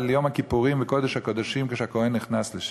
יום הכיפורים וקודש-הקודשים כשהכוהן נכנס לשם.